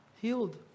healed